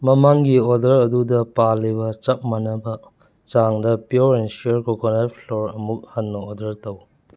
ꯃꯃꯥꯡꯒꯤ ꯑꯣꯔꯗꯔ ꯑꯗꯨꯗ ꯄꯥꯜꯂꯤꯕ ꯆꯞ ꯃꯥꯟꯅꯕ ꯆꯥꯡꯗ pure and sure coconut flour ꯑꯃꯨꯛ ꯍꯟꯅ ꯑꯣꯔꯗꯔ ꯇꯧ